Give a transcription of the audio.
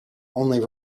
only